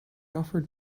offered